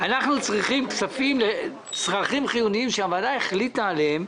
אנחנו צריכים כספים לדברים חיוניים שהוועדה החליטה עליהם,